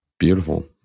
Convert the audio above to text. Beautiful